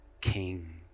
king